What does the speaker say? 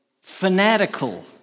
fanatical